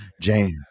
Jane